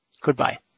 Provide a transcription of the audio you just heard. Goodbye